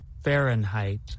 Fahrenheit